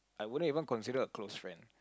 I wouldn't even consider a close friend